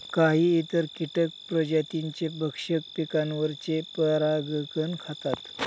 काही इतर कीटक प्रजातींचे भक्षक पिकांवरचे परागकण खातात